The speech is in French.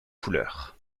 couleurs